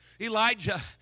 Elijah